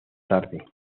tarde